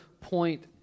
point